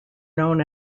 known